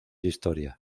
historia